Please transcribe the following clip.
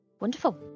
Wonderful